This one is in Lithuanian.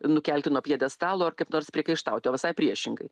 nukelti nuo pjedestalo ar kaip nors priekaištauti o visai priešingai